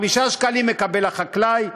5 שקלים מקבל החקלאי,